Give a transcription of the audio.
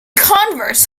converse